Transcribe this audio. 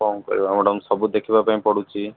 କ'ଣ କରିବା ମ୍ୟାଡାମ ସବୁ ଦେଖିବା ପାଇଁ ପଡୁଛି